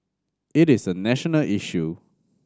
it is a national issue